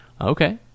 okay